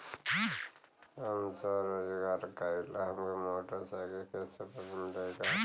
हम स्वरोजगार करीला हमके मोटर साईकिल किस्त पर मिल जाई का?